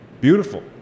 Beautiful